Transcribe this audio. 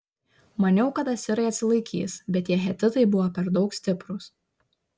maniau kad asirai atsilaikys bet tie hetitai buvo per daug stiprūs